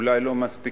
אולי לא מספיקים,